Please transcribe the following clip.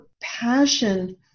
passion